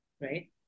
right